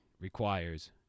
requires